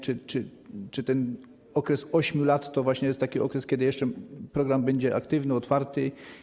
Czy ten okres 8 lat to właśnie jest taki okres, kiedy jeszcze program będzie aktywny, otwarty?